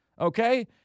okay